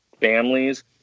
families